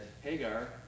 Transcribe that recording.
Hagar